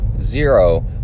zero